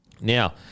Now